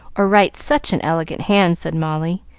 or write such an elegant hand, said molly,